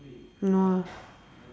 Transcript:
no ah